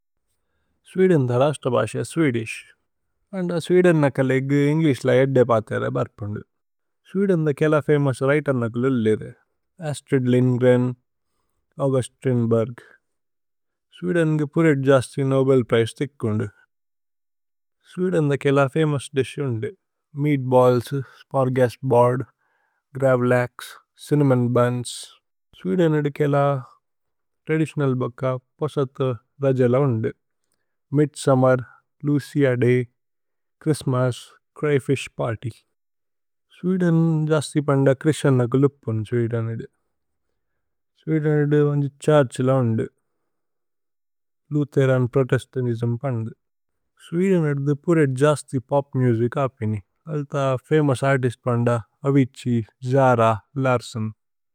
സുഇദന്ദ രസ്തബസ സ്വേദിശ് അന്ദ സുഇദന്നകലേഗു ഏന്ഗ്ലിശ്ല ഏദ്ദേ പാതേരേ ബര്പുന്ദു സുഇദന്ദ കേല ഫമോഉസ് വ്രിതേ അന്നകലു ലിരേ അസ്ത്രിദ് ലിന്ദ്ഗ്രേന് ഔഗുസ്തിന്ബുര്ഗ് സുഇദന്നകു പുരേദ് ജസ്തി നോബേല് പ്രിജേ തിക്കുന്ദു സുഇദന്ദ കേല ഫമോഉസ് ദിശ് ഉന്ദു മേഅത്ബല്ല്സ്, സ്പര്ഗസ് ബോഅര്ദ്, ഗ്രവേലക്സ്, ചിന്നമോന് ബുന്സ് സുഇദന്ദ കേല ത്രദിതിഓനല് ബോക്ക, പോസഥു, രജല ഉന്ദു midsummer, Lucia day, Christmas, crayfish party സുഇദന്ദ ജസ്തി പന്ദ ക്രിശ്നനകലുപുന് സുഇദന്ദ സുഇദന്ദ വന്ജ ഛുര്ഛില ഉന്ദു ലുഥേരന് പ്രോതേസ്തന്തിസ്മ് പന്ദു സുഇദന്ദ ഏദ്ദു പുരേദ് ജസ്തി പോപ് മുസിച് അപേനി അല്ത ഫമോഉസ് അര്തിസ്ത് പന്ദ അവിചീ, ജര, ലര്സ്സോന്।